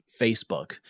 Facebook